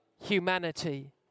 humanity